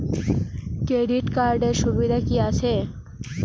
Credit কার্ডের সুবিধা কি আছে?